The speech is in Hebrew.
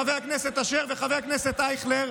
חבר הכנסת אשר וחבר הכנסת אייכלר,